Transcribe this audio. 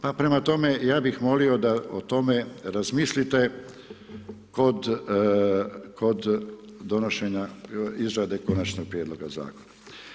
Pa prema tome, ja bih molio da o tome razmislite kod donošenja izrade Konačnog prijedloga Zakona.